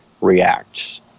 reacts